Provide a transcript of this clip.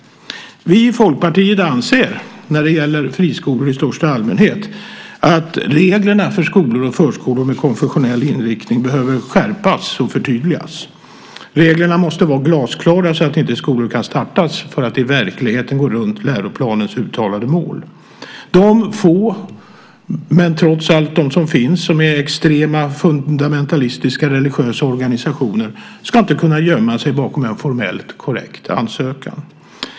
Vi i Folkpartiet anser när det gäller friskolor i största allmänhet att reglerna för skolor och förskolor med konfessionell inriktning behöver skärpas och förtydligas. Reglerna måste vara glasklara så att inte skolor kan startas för att i verkligheten gå runt läroplanens uttalade mål. De få extrema fundamentalistiska religiösa organisationer som trots allt finns ska inte kunna gömma sig bakom en formellt korrekt ansökan.